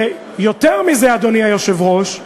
ויותר מזה, אדוני היושב-ראש,